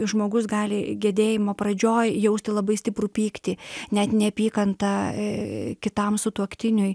žmogus gali gedėjimo pradžioj jausti labai stiprų pyktį net neapykantą kitam sutuoktiniui